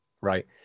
right